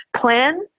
plan